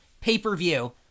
pay-per-view